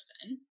person